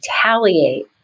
retaliate